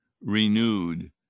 renewed